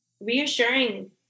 reassuring